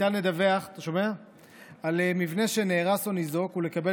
ניתן לדווח על מבנה שנהרס או ניזוק ולקבל